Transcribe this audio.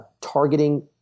Targeting